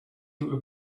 you